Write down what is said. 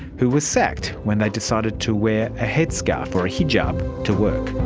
who were sacked when they decided to wear a headscarf or a hijab to work.